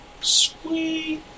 Sweet